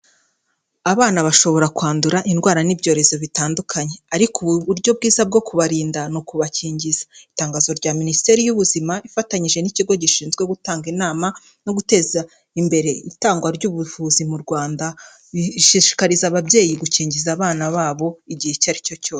Abana bashobora kwandura indwara n'ibyorezo bitandukanye. Ariko ubu uburyo bwiza bwo kubarinda ni ukubakingiza. Itangazo rya Minisiteri y'Ubuzima ifatanyije n'ikigo gishinzwe gutanga inama no guteza imbere itangwa ry'ubuvuzi mu Rwanda, bishishikariza ababyeyi gukingiza abana babo igihe icyo aricyo cyose.